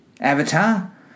Avatar